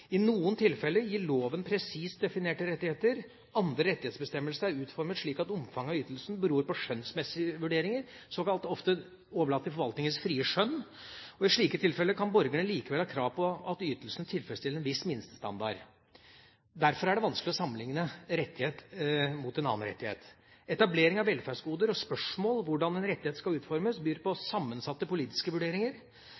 I noen tilfeller gir loven presist definerte rettigheter. Andre rettighetsbestemmelser er utformet slik at omfanget av ytelsene beror på skjønnsmessige vurderinger, overlatt ofte til forvaltningens såkalte frie skjønn. I slike tilfeller kan borgerne likevel ha krav på at ytelsene tilfredsstiller en viss minstestandard. Derfor er det vanskelig å sammenlikne en rettighet mot en annen rettighet. Etablering av velferdsgoder og spørsmål om hvordan en rettighet skal utformes, byr på